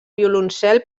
violoncel